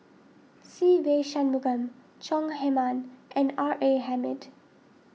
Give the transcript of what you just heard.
Se Ve Shanmugam Chong Heman and R A Hamid